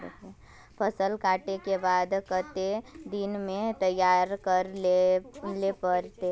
फसल कांटे के बाद कते दिन में तैयारी कर लेले पड़ते?